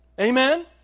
Amen